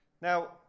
Now